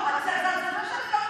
לא רק, להבין.